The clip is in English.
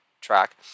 track